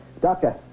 Doctor